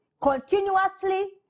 continuously